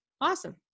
awesome